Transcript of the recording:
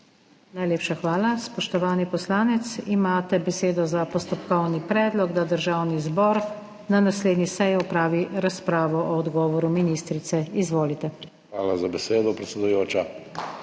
Najlepša hvala. Spoštovani poslanec, imate besedo za postopkovni predlog, da Državni zbor na naslednji seji opravi razpravo o odgovoru ministrice. Izvolite. FRANCI KEPA (PS SDS): Hvala za besedo, predsedujoča.